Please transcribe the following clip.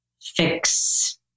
fix